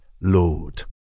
Lord